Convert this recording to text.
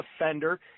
offender